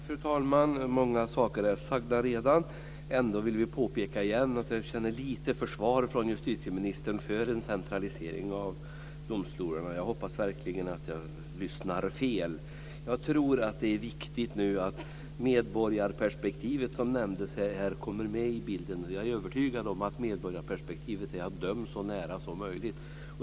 Fru talman! Många saker är redan sagda. Ändå vill vi igen påpeka att vi känner lite försvar från justitieministern för en centralisering av domstolarna. Jag hoppas verkligen att jag lyssnar fel. Jag tror att det är viktigt att medborgarperspektivet som nämndes här kommer med i bilden. Jag är övertygad om att medborgarperspektivet är att döma så nära som möjligt.